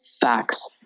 facts